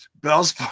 Bell's